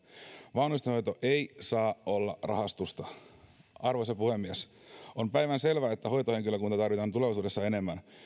vanhustenhoito ei saa olla rahastusta arvoisa puhemies on päivänselvää että hoitohenkilökuntaa tarvitaan tulevaisuudessa enemmän